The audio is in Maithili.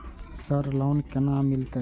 सर लोन केना मिलते?